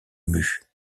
mue